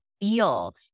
feel